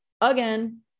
again